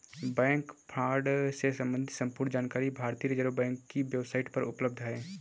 bank fraud से सम्बंधित संपूर्ण जानकारी भारतीय रिज़र्व बैंक की वेब साईट पर उपलब्ध है